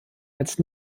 als